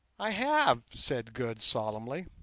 i have said good, solemnly.